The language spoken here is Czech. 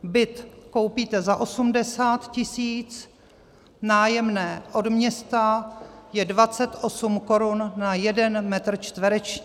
Byt koupíte za 80 tisíc, nájemné od města je 28 korun na jeden metr čtvereční.